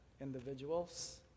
individuals